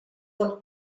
del